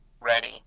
Ready